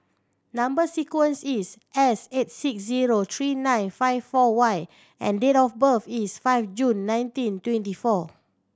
number sequence is S eight six zero three nine five four Y and date of birth is five June nineteen twenty four